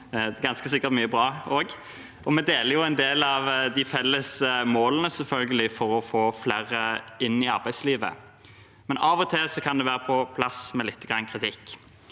Det er ganske sikkert mye bra. Vi deler selvfølgelig en del av de felles målene for å få flere inn i arbeidslivet, men av til kan det være på sin plass med lite grann kritikk.